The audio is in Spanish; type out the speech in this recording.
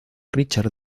richard